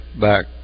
back